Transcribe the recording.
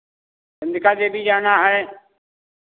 चंडिका देवी जाना है